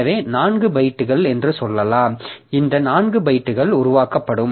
எனவே 4 பைட் என்று சொல்லலாம் எனவே இந்த 4 பைட்டுகள் உருவாக்கப்படும்